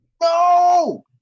No